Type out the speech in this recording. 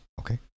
Okay